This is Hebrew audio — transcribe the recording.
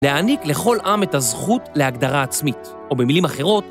להעניק לכל עם את הזכות להגדרה עצמית. או במילים אחרות,